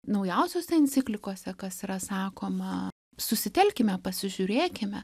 naujausiose enciklikose kas yra sakoma susitelkime pasižiūrėkime